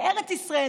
לארץ ישראל,